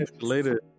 Later